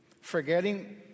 forgetting